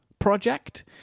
project